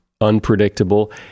unpredictable